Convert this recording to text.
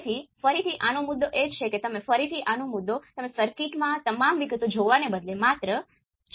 તેથી તમે સર્કિટનું મોડ્યુલ કરી શકો છો